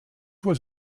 was